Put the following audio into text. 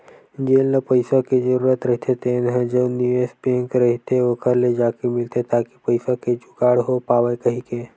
जेन ल पइसा के जरूरत रहिथे तेन ह जउन निवेस बेंक रहिथे ओखर ले जाके मिलथे ताकि पइसा के जुगाड़ हो पावय कहिके